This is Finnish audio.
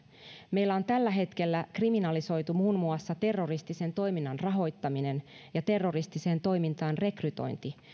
meillä on tällä hetkellä kriminalisoitu muun muassa terroristisen toiminnan rahoittaminen ja terroristiseen toimintaan rekrytointi